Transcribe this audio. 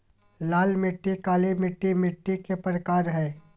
लाल मिट्टी, काली मिट्टी मिट्टी के प्रकार हय